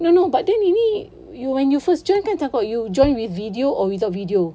no no but then ini when you first join kan takut you join with video or without video